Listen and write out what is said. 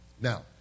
Now